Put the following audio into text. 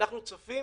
אנחנו צופים